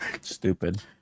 Stupid